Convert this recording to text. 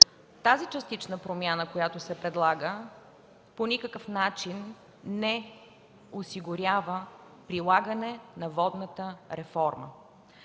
тази частична промяна, която се предлага, по никакъв начин не осигурява прилагане на водната реформа.